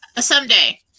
someday